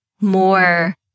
more